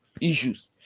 issues